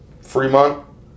Fremont